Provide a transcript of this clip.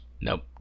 Nope